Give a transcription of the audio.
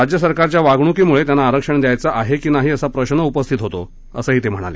राज्य सरकारच्या वागणुकीमुळे त्यांना आरक्षण द्यायचं आहे की नाही असा प्रश्न उपस्थित होतो असंही ते म्हणाले